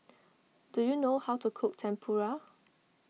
do you know how to cook Tempura